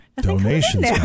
donations